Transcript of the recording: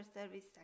service